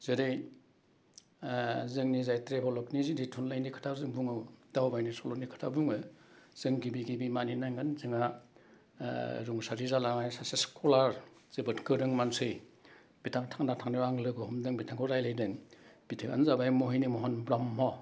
जेरै जोंनि जायथ्रि अलकनि जुदि थुनलाइनि खोथायाव जों बुङो दावबायनाय सल'नि खोथा बुङो जों गिबि गिबि मानि नांगोन जोंहा रुंसारि जालांनाय सासे स्कलार जोबोद गोरों मानसि बिथां थांना थानायाव आं लोगो हमदों बिथांखौ रायलायदों बिथाङानो जाबाय महिनि महन ब्रह्म